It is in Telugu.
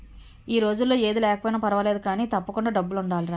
ఈ రోజుల్లో ఏది లేకపోయినా పర్వాలేదు కానీ, తప్పకుండా డబ్బులుండాలిరా